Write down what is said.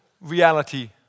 reality